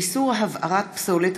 איסור הבערת פסולת),